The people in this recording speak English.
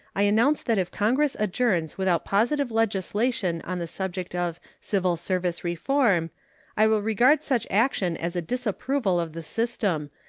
i announce that if congress adjourns without positive legislation on the subject of civil-service reform i will regard such action as a disapproval of the system,